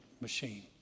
machine